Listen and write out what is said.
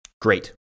Great